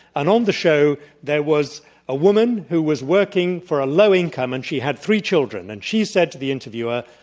and on um the show there was a woman who was working for a low income and she had three children, and she said to the int erviewer,